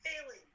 failing